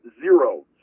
zero